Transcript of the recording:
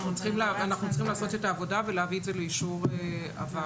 אנחנו צריכים לעשות את העבודה ולהביא את זה לאישור הוועדה.